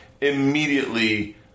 immediately